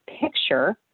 picture